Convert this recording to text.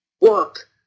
work